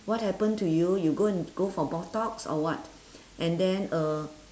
what happen to you you go and go for botox or what and then uh